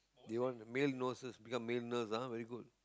they want male nurses become male nurse ah very good